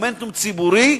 מומנטום ציבורי.